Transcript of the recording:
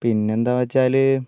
പിന്നെയെന്താ വെച്ചാൽ